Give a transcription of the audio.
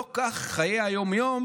לא כך חיי היום-יום